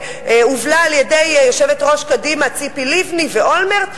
שהובלה על-ידי יושבת-ראש קדימה ציפי לבני ואולמרט,